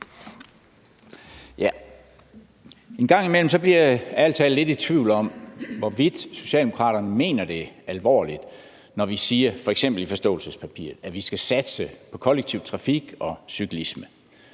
En gang imellem bliver jeg ærlig talt lidt i tvivl om, hvorvidt Socialdemokraterne mener det alvorligt, når der f.eks. i forståelsespapiret står, at vi skal satse på kollektiv trafik og cyklisme.